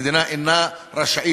מדינה אינה רשאית,